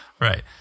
Right